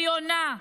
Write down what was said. עליונה,